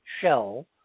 shell